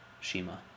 Shima